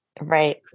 Right